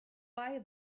buy